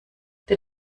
der